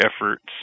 efforts